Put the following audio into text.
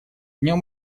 нем